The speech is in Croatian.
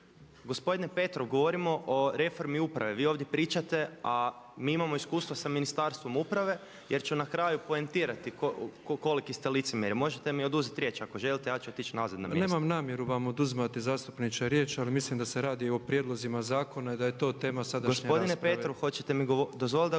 Gospodine Petrov, govorimo o reformi uprave. Vi ovdje pričate, a mi imamo iskustva sa Ministarstvom uprave jer ću na kraju poentirati koliki ste licemjer. Možete mi oduzeti riječ ako želite, ja ću otići nazad na mjesto. …/Upadica predsjednik: Ma nemam namjeru vam oduzimati zastupniče riječ, ali mislim da se radi o prijedlozima zakona i da je to tema sadašnje rasprave./…